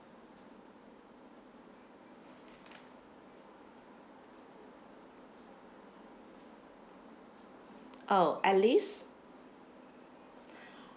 oh alice